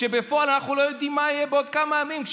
כשבפועל אנחנו לא יודעים מה יהיה בעוד כמה ימים.